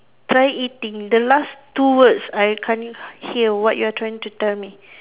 try eating the last two words I can't hear what you are trying to tell me